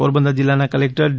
પોરબંદર જિલ્લાના collector D